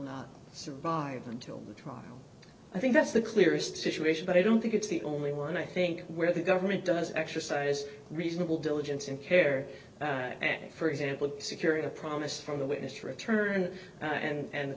not survive until the trial i think that's the clearest situation but i don't think it's the only one i think where the government does exercise reasonable diligence and care and for example securing a promise from the witness return and